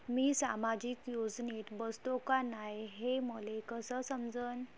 मी सामाजिक योजनेत बसतो का नाय, हे मले कस समजन?